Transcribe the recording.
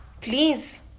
please